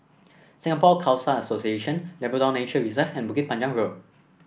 Singapore Khalsa Association Labrador Nature Reserve and Bukit Panjang Road